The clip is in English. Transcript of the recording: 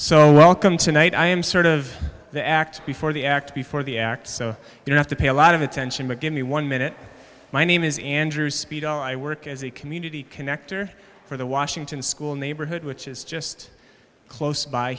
so welcome tonight i am sort of the act before the act before the act so you have to pay a lot of attention but give me one minute my name is andrew speedo i work as a community connector for the washington school neighborhood which is just close by